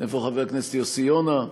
איפה חבר הכנסת יוסי יונה?